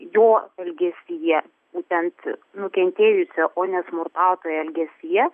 jo elgesyje būtent nukentėjusio o ne smurtautojo elgesyje